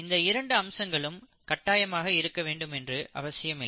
இந்த இரண்டு அம்சங்களும் கட்டாயமாக இருக்கவேண்டும் என்று அவசியமில்லை